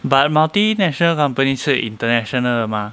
but multinational companies 是 international 的 mah